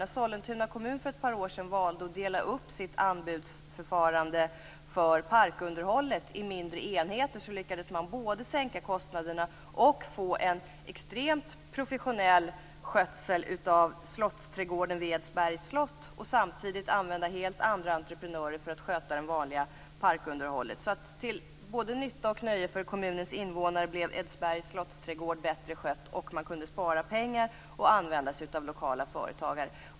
När Sollentuna kommun för ett par år sedan valde att dela upp sitt anbudsförfarande för parkunderhållet i mindre enheter lyckades man både sänka kostnaderna och få en extremt professionell skötsel av slottsträdgården vid Edsbergs slott, samtidigt som man använde helt andra entreprenörer för att sköta det vanliga parkunderhållet. Till både nytta och nöje för kommunens invånare blev alltså Edsbergs slottsträdgård bättre skött, och man kunde spara pengar och använda sig av lokala företagare.